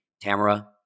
Tamara